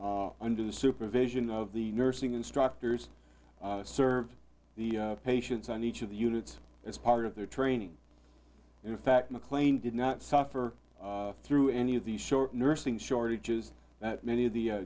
under the supervision of the nursing instructors served the patients on each of the units as part of their training in fact mclean did not suffer through any of the short nursing shortage is that many of the